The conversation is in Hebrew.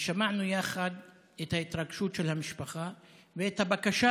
שמענו יחד את ההתרגשות של המשפחה ואת הבקשה